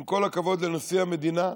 עם כל הכבוד לנשיא המדינה,